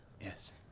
Yes